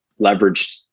leveraged